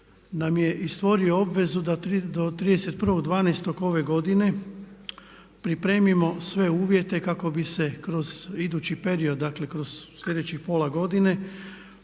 nam je i stvorio obvezu da do 31.12. ove godine pripremimo sve uvjete kako bi se kroz idući period, dakle kroz sljedećih pola godine